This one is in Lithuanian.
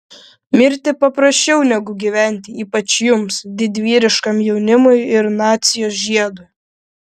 mirti paprasčiau negu gyventi ypač jums didvyriškam jaunimui ir nacijos žiedui